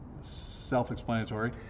self-explanatory